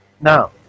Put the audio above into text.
Now